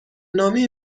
نامه